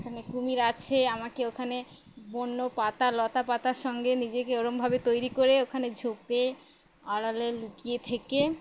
ওখানে কুমির আছে আমাকে ওখানে বন্য পাতা লতাপাতার সঙ্গে নিজেকে ওরমভাবে তৈরি করে ওখানে ঝোপে আড়ালে লুকিয়ে থেকে